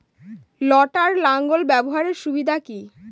লটার লাঙ্গল ব্যবহারের সুবিধা কি?